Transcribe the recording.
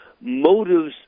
motives